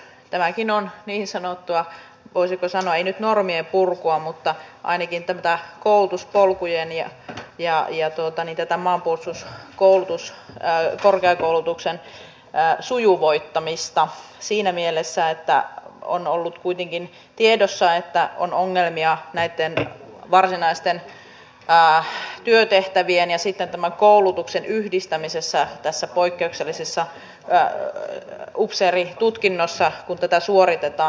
tämäkin on niin sanottua voisiko sanoa ei nyt normien purkua mutta ainakin koulutuspolkujen ja jahtia tuota niitä tämänvuotiset koulutus korkea maanpuolustuskorkeakoulutuksen sujuvoittamista siinä mielessä että on kuitenkin ollut tiedossa että on ongelmia näitten varsinaisten työtehtävien ja tämän koulutuksen yhdistämisessä kun tätä poikkeuksellista upseeritutkintoa suoritetaan